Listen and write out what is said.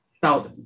felt